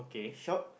shop